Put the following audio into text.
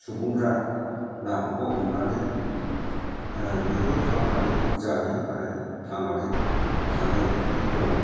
सुबुंफ्रा नाफोरखौ हमनानै मैहुर खालामनानै जायो आरो थांनानै थानायफोरबो दङ